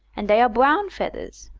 and dey are brown fedders.